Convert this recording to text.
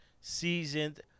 Seasoned